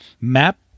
Map